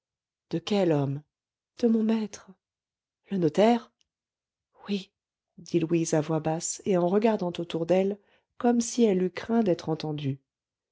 de quel homme de mon maître le notaire oui dit louise à voix basse et en regardant autour d'elle comme si elle eût craint d'être entendue